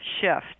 shift